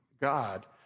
God